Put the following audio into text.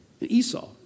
Esau